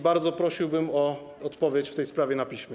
Bardzo prosiłbym o odpowiedź w tej sprawie na piśmie.